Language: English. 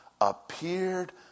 appeared